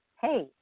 hey